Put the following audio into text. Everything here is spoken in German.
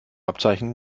abzeichen